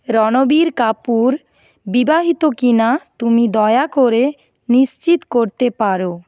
রণবীর কাপুর বিবাহিত কি না তুমি দয়া করে নিশ্চিত করতে পারো